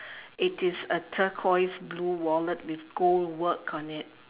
it is a turquoise blue wallet with gold work on it